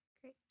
great